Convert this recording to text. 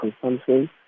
consumption